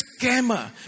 scammer